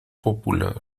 popular